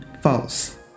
false